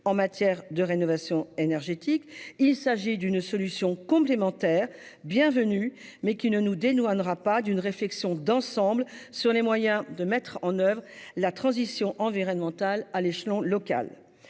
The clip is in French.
en matière de rénovation énergétique. Il s'agit d'une solution complémentaire, certes bienvenue, mais qui ne nous dédouanera pas d'une réflexion d'ensemble sur les moyens de mettre en oeuvre la transition environnementale à l'échelon local.